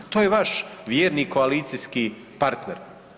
To je vaš vjerni koalicijski partner.